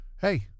hey